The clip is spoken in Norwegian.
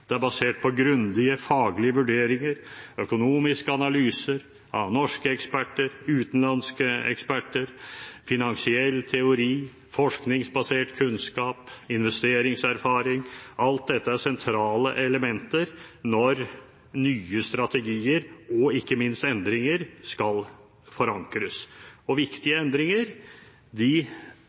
det er basert på grundige faglige vurderinger, økonomiske analyser av norske eksperter, utenlandske eksperter, finansiell teori, forskningsbasert kunnskap, investeringserfaring – alt dette er sentrale elementer når nye strategier og ikke minst endringer skal forankres. Viktige